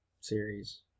series